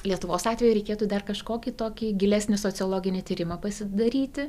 lietuvos atveju reikėtų dar kažkokį tokį gilesnį sociologinį tyrimą pasidaryti